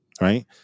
right